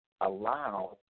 allow